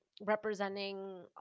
representing